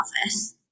office